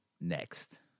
next